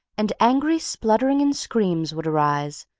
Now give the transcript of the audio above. and angry spluttering and screams would arise,